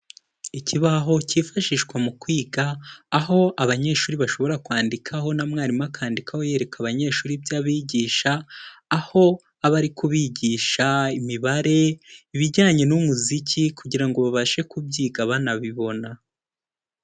Ikibaho cyifashishwa mu kwiga, aho abanyeshuri bashobora kwandikaho na mwarimu akandikaho yereka abanyeshuri ibyo abigisha, aho aba ari kubigisha Imibare, ibijyanye n'umuziki kugira ngo babashe kubyiga banabibona.